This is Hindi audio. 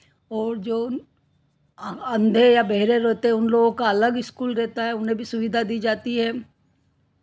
और जो अंधे या बहरे रहते हैं उन लोगों का अलग इस्कूल रहता है उन्हें भी सुविधा दी जाती है